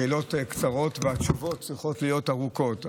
השאלות קצרות והתשובות צריכות להיות ארוכות,